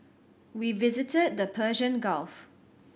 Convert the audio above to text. we visited the Persian Gulf